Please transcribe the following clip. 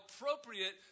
appropriate